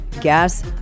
Gas